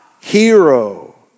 hero